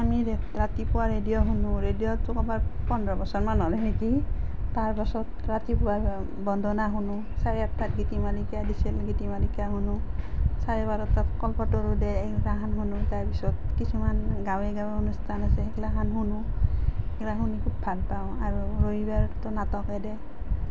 আমি ৰে ৰাতিপুৱা ৰেডিঅ' শুনো ৰেডিঅ'টো পোন্ধৰ বছৰমান হ'লেই নেকি তাৰপাছত ৰাতিপুৱাই বন্দনা শুনো চাৰে আঠটাত গীতিমালিকা দিছিল গীতিমালিকা শুনো চাৰে বাৰটাত কল্পতৰু দিয়ে এইগিলাখন শুনো তাৰপাছত কিছুমান গাঁৱে গাঁৱে অনুষ্ঠান আছে সেইগিলাখন শুনো সেইগিলা শুনি খুব ভাল পাওঁ আৰু ৰবিবাৰটো নাটকেই দিয়ে